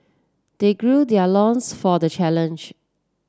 they gird their loins for the challenge